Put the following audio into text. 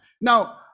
Now